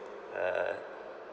uh